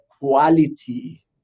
quality